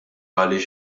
għaliex